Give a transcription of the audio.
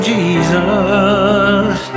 Jesus